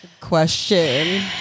question